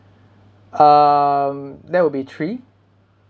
um there will be three